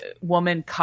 woman